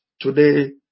today